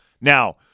Now